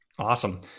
Awesome